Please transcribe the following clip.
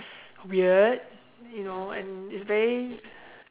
weird you know and it's very